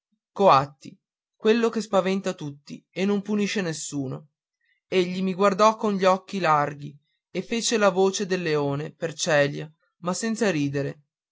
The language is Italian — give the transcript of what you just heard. coatti quello che spaventa tutti e non punisce nessuno egli mi guardò con gli occhi larghi e fece la voce del leone per celia ma senza ridere